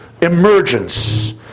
emergence